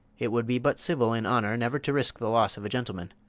it would be but civil in honour never to risk the loss of a gentleman